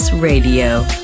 Radio